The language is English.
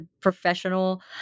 professional